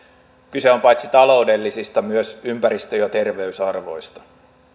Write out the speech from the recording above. kyse on paitsi taloudellisista myös ympäristö ja terveysarvoista